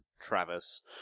Travis